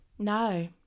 No